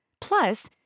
Plus